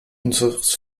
unseres